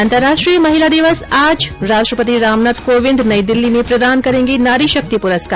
अंतर्राष्ट्रीय महिला दिवस आज राष्ट्रपति रामनाथ कोविंद नई दिल्ली में प्रदान करेंगे नारी शक्ति पुरस्कार